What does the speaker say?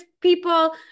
people